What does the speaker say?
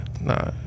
Nah